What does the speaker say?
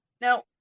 now